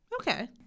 Okay